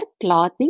clothing